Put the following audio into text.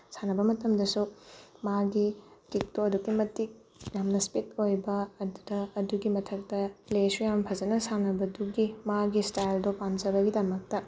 ꯁꯥꯟꯅꯕ ꯃꯇꯝꯗꯁꯨ ꯃꯥꯒꯤ ꯀꯤꯛꯇꯣ ꯑꯗꯨꯛꯀꯤ ꯃꯇꯤꯛ ꯌꯥꯝꯅ ꯏꯁꯄꯤꯠ ꯑꯣꯏꯕ ꯑꯗꯨꯗ ꯑꯗꯨꯒꯤ ꯃꯊꯛꯇ ꯄ꯭ꯂꯦꯁꯨ ꯌꯥꯝ ꯐꯖꯅ ꯁꯥꯟꯅꯕꯗꯨꯒꯤ ꯃꯥꯒꯤ ꯏꯁꯇꯥꯏꯜꯗꯣ ꯄꯥꯝꯖꯕꯒꯤꯗꯃꯛꯇ